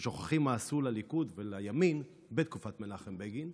ושוכחים מה עשו לליכוד ולימין בתקופת מנחם בגין.